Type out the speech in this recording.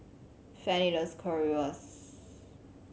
Fannie loves Currywurst